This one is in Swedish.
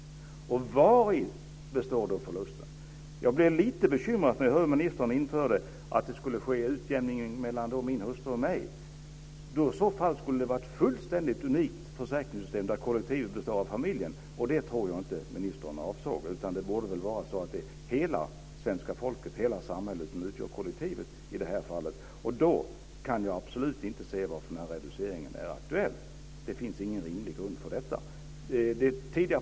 Vari består då förlusten? Jag blev lite bekymrad när jag hörde att ministern anförde att det skulle ske en utjämning mellan min hustru och mig. I så fall skulle det ha varit ett fullständigt unikt försäkringssystem där kollektivet består av familjen, och det tror jag inte att ministern avsåg. Det borde väl vara hela svenska folket - hela samhället - som utgör kollektivet i detta fall. Då kan jag absolut inte se varför denna reducering är aktuell. Det finns ingen rimlig grund för detta.